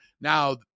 now